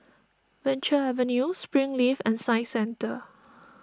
Venture Avenue Springleaf and Science Centre